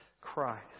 Christ